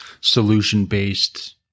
solution-based